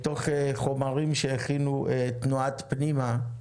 מתוך חומרים שהכינו תנועת "פנימה",